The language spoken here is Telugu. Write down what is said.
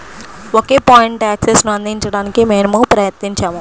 ఒకే పాయింట్ యాక్సెస్ను అందించడానికి మేము ప్రయత్నించాము